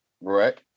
Right